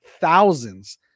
thousands